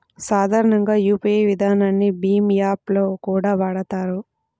సాధారణంగా యూపీఐ విధానాన్ని భీమ్ యాప్ లో కూడా వాడతారు